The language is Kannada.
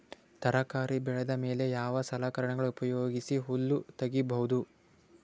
ತರಕಾರಿ ಬೆಳದ ಮೇಲೆ ಯಾವ ಸಲಕರಣೆಗಳ ಉಪಯೋಗಿಸಿ ಹುಲ್ಲ ತಗಿಬಹುದು?